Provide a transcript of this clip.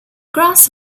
grass